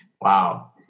Wow